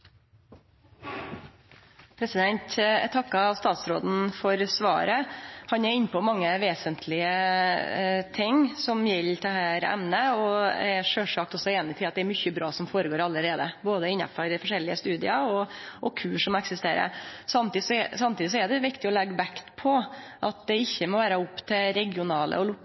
allerede. Eg takkar statsråden for svaret. Han er inne på mange vesentlege ting som gjelder dette emnet, og eg er sjølvsagt einig i at det er mykje bra som finn stad allereie, innanfor dei forskjellige studia og kursa som eksisterer. Samtidig er det viktig å leggje vekt på at det ikkje må vere opp til regionale og